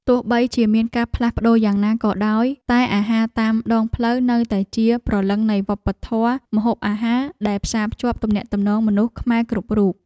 ទោះបីជាមានការផ្លាស់ប្តូរយ៉ាងណាក៏ដោយតែអាហារតាមដងផ្លូវនៅតែជាព្រលឹងនៃវប្បធម៌ម្ហូបអាហារដែលផ្សារភ្ជាប់ ទំនាក់ទំនងមនុស្សខ្មែរគ្រប់រូប។